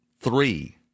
three